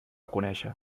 conèixer